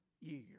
year